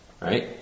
Right